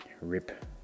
Rip